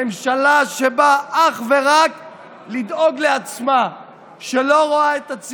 ממשלה שבאה לדאוג אך ורק לעצמה,